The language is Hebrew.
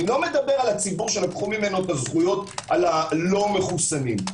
אני לא מדבר על הציבור שלקחו ממנו את הזכויות על הלא מחוסנים.